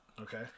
Okay